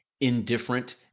indifferent